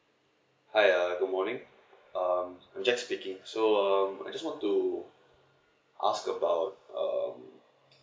hi uh good morning um I'm jack speaking so um I just want to ask about um